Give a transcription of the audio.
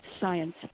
science